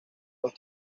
los